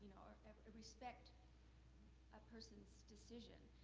or respect a person's decision.